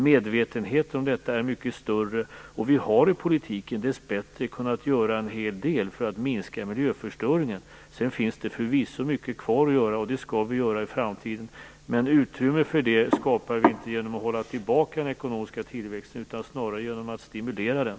Medvetenheten om detta är mycket större, och vi har i politiken dess bättre kunnat göra en hel del för att minska miljöförstöringen. Sedan finns det förvisso mycket kvar att göra, och det skall vi göra i framtiden. Men utrymme för det skapar vi inte genom att hålla tillbaka den ekonomiska tillväxten utan snarare genom att stimulera den.